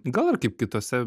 gal ir kaip kitose